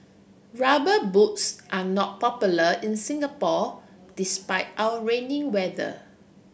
rubber boots are not popular in Singapore despite our rainy weather